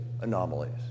anomalies